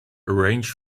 arrange